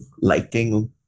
liking